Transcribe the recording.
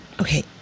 Okay